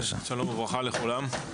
שלום וברכה לכולם.